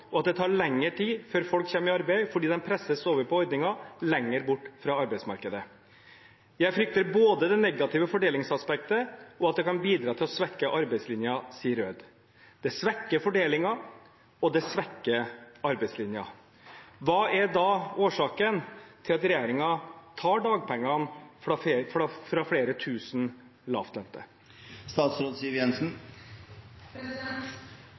arbeid, fordi de presses over på ordninger lenger borte fra arbeidsmarkedet». Og videre sier Røed: «Jeg frykter både det negative fordelingsaspektet og at det kan bidra til å svekke arbeidslinjen.» Det svekker fordelingen, og det svekker arbeidslinjen. Hva er da årsaken til at regjeringen tar dagpengene fra